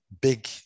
big